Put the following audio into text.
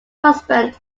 husband